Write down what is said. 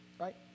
Right